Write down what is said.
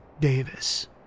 Davis